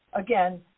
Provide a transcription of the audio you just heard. again